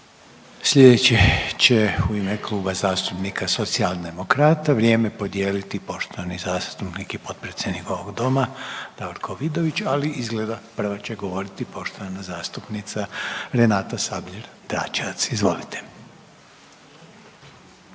Sljedeće će u ime Kluba zastupnika socijaldemokrata vrijeme podijeliti poštovani zastupnik i potpredsjedniče ovog Doma Davorko Vidović, ali izgleda, prva će govoriti poštovana zastupnica Renata Sabljar-Dračevac, izvolite.